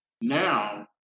Now